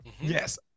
Yes